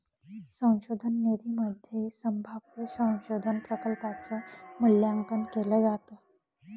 संशोधन निधीमध्ये संभाव्य संशोधन प्रकल्पांच मूल्यांकन केलं जातं